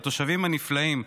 לתושבים הנפלאים,